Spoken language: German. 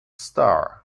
star